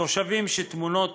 תושבים שתמונות